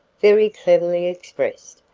very cleverly expressed,